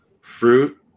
fruit